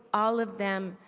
all of them,